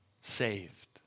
saved